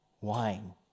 wine